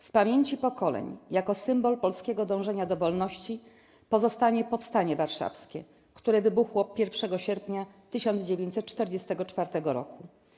W pamięci pokoleń, jako symbol polskiego dążenia do wolności, pozostanie Powstanie Warszawskie, które wybuchło 1 sierpnia 1944 roku.